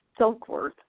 Silkworth